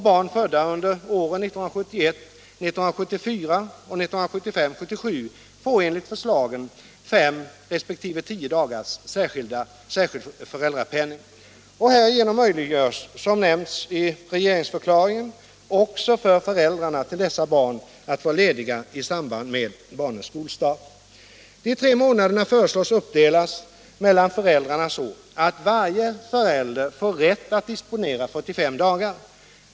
Barn födda under åren 1971-1974 och 1975-1977 får enligt förslaget fem resp. tio dagars särskild föräldrapenning. Härigenom möjliggörs, såsom nämnts i regeringsförklaringen, också för föräldrarna till dessa barn att vara lediga i samband med barnens skolstart. De tre månaderna föreslås uppdelade mellan föräldrarna, så att varje förälder får rätt att disponera 45 dagar.